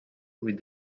with